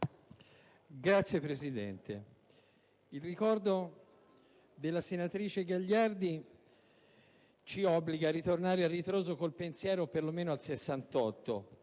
Signor Presidente, il ricordo della senatrice Gagliardi ci obbliga a ritornare a ritroso con il pensiero, perlomeno al